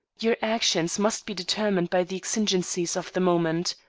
your actions must be determined by the exigencies of the moment.